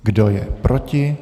Kdo je proti?